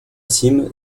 cîme